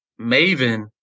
Maven